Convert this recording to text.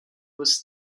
was